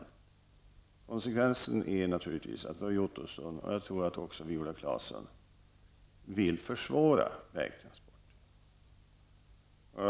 Konsekvensen är naturligtvis att Roy Ottosson, och jag tror även Viola Claesson, vill försvåra vägtransporter.